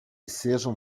sejam